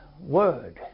word